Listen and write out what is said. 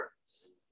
words